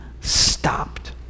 stopped